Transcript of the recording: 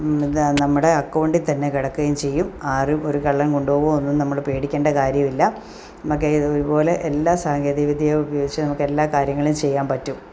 എന്താ നമ്മുടെ അക്കൗണ്ടിൽത്തന്നെ കിടക്കുകയും ചെയ്യും ആരും ഒരു കള്ളൻ കൊണ്ടുപോകോ എന്നൊന്നും നമ്മൾ പേടിക്കേണ്ട കാര്യവും ഇല്ല മക്ക് ഏത് ഇതുപോലെ എല്ലാ സാങ്കേതിക വിദ്യ ഉപയോഗിച്ചു നമുക്ക് എല്ലാ കാര്യങ്ങളും ചെയ്യാൻ പറ്റും